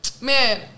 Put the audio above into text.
Man